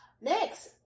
next